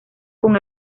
con